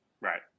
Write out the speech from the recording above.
right